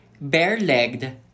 bare-legged